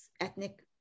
ethnic